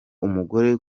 umugore